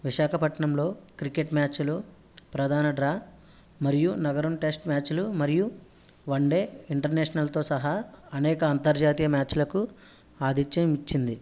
విశాఖపట్నంలో క్రికెట్ మ్యాచ్లు ప్రధాన డ్రా మరియు నగరం టెస్ట్ మ్యాచ్లు మరియు వన్ డే ఇంటర్నేషనల్ తో సహా అనేక అంతర్జాతీయ ఆతిథ్యం మ్యాచ్లకు ఆతిథ్యం ఇచ్చింది